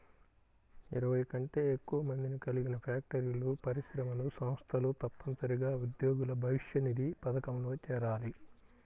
ఇరవై కంటే ఎక్కువ మందిని కలిగిన ఫ్యాక్టరీలు, పరిశ్రమలు, సంస్థలు తప్పనిసరిగా ఉద్యోగుల భవిష్యనిధి పథకంలో చేరాలి